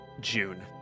June